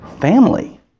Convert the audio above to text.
Family